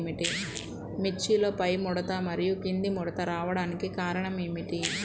మిర్చిలో పైముడతలు మరియు క్రింది ముడతలు రావడానికి కారణం ఏమిటి?